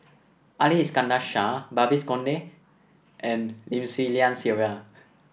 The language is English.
Ali Iskandar Shah Babes Conde and Lim Swee Lian Sylvia